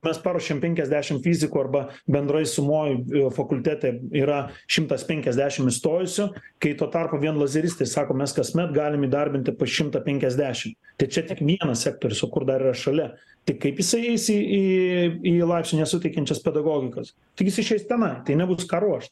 mes paruošiam penkiasdešimt fizikų arba bendroj sumoj fakultete yra šimtas penkiasdešimt įstojusių kai tuo tarpu vien lazeristai sako mes kasmet galim įdarbinti po šimtą penkiasdešimt tai čia tik vienas sektorius o kur dar yra šalia tai kaip jisai eisi į į į laipsnio suteikiančias pedagogikas taigi jis išeis tenai tai nebus ką ruošt